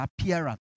appearance